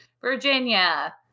Virginia